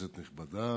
כנסת נכבדה,